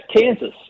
Kansas